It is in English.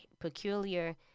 peculiar